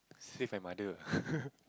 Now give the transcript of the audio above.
save my mother